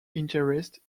interest